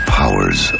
powers